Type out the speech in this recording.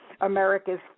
America's